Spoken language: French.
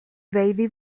baby